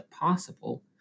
possible